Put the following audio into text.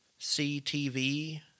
CTV